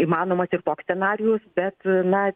įmanomas ir toks scenarijus bet na